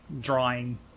drawing